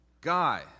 guy